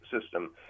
system